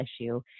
issue